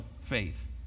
faith